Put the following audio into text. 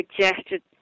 suggested